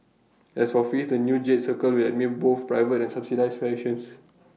as for fees the new jade circle will admit both private and subsidised patients